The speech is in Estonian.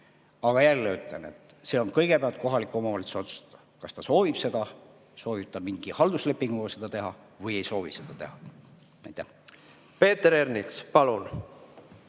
Aga jälle ütlen, et see on kõigepealt kohaliku omavalitsuse otsustada, kas ta soovib seda, soovib ta mingi halduslepinguga seda teha või ei soovi seda teha. Jah, see on